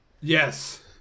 Yes